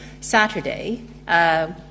Saturday